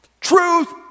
Truth